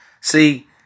See